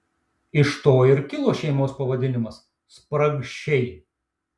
iš to ir kilo šeimos pavadinimas spragšiai